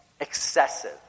Excessive